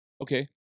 okay